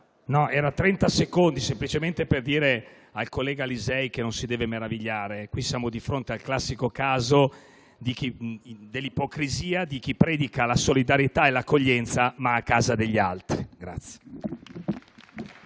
vorrei semplicemente dire al collega Lisei che non si deve meravigliare, perché siamo di fronte al classico caso dell'ipocrisia di chi predica la solidarietà e l'accoglienza, ma a casa degli altri.